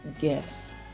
gifts